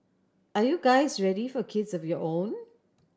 are you guys ready for kids of your own